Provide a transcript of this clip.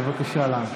בבקשה להמשיך.